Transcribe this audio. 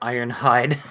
Ironhide